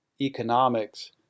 economics